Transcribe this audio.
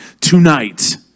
tonight